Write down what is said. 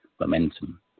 momentum